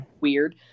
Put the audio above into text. weird